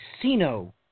casino